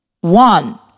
One